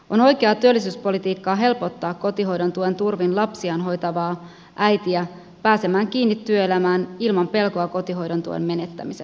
on oikeaa työllisyyspolitiikkaa helpottaa kotihoidon tuen turvin lapsiaan hoitavaa äitiä pääsemään kiinni työelämään ilman pelkoa kotihoidon tuen menettämisestä